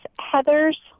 Heather's